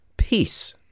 Peace